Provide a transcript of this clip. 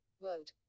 world